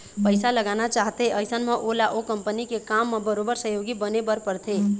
पइसा लगाना चाहथे अइसन म ओला ओ कंपनी के काम म बरोबर सहयोगी बने बर परथे